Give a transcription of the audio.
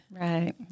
Right